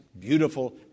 beautiful